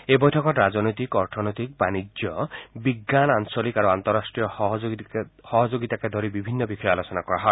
এই বৈঠকত ৰাজনৈতিক অৰ্থনৈতিক বাণিজ্যিক বিজ্ঞান আঞ্চলিক আৰু আন্তঃৰাষ্ট্ৰীয় সহযোগিতাকে ধৰি বিভিন্ন বিষয়ে আলোচনা কৰা হয়